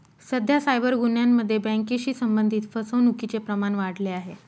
सध्या सायबर गुन्ह्यांमध्ये बँकेशी संबंधित फसवणुकीचे प्रमाण वाढले आहे